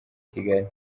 kigali